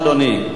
בבקשה, אדוני.